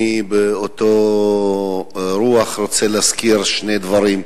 אני באותה הרוח רוצה להזכיר שני דברים.